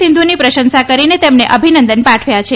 સિંધુની પ્રશંસા કરીને તેમને અભિનંદન પાઠવ્યા છે